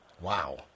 Wow